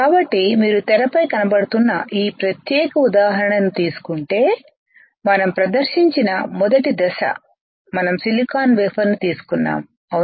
కాబట్టి మీరు తెరపై కనపడుతున్న ఈ ప్రత్యేక ఉదాహరణను తీసుకుంటే మనం ప్రదర్శించిన మొదటి దశ మనం సిలికాన్ వేఫర్ ను తీసుకున్నాము అవునా